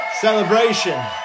celebration